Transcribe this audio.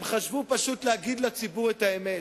הם חשבו פשוט להגיד לציבור את האמת,